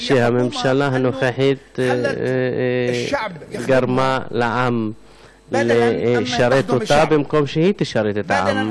הממשלה הנוכחית גרמה לעם לשרת אותה במקום שהיא תשרת את העם,